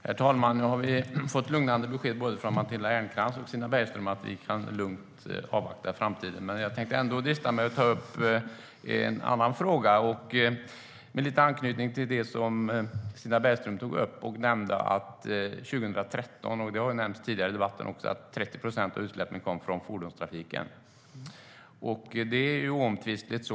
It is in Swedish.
Herr talman! Vi har fått lugnande besked från både Matilda Ernkrans och Stina Bergström om att vi lugnt kan avvakta framtiden. Men jag tänker ändå drista mig till att ta upp en annan fråga, med lite anknytning till det som Stina Bergström tog upp. Hon nämnde att 2013 kom 30 procent av utsläppen från fordonstrafiken, vilket har nämnts tidigare i debatten. Det är oomtvistligt.